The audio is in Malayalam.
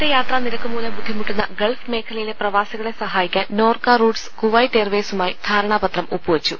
അമിതയാത്രാ നിരക്കുമൂലം ബുദ്ധിമുട്ടുന്ന ഗൾഫ് മേഖലയിലെ പ്രവാസികളെ സഹായിക്കാൻ നോർക്ക റൂട്ട്സ് കുവൈറ്റ് എയർവെയ്സു മായി ധാരണാപത്രം ഒപ്പുവെച്ചു